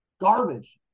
Garbage